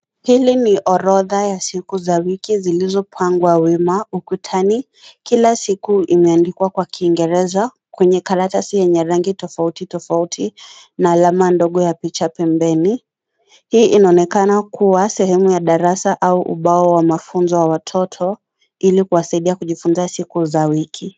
Hili ni irodha ya siku za wiki zilizopangwa wima ukutani. Kila siku imeandikwa kwa kiingereza kwenye karatasi yenye rangi tofauti tofauti, na alama ndogo ya picha pembeni. Hii inaonekana kuwa sehemu ya darasa, au ubao wa mafunzo ya watoto ili kuwasaidia kujifunza siku za wiki.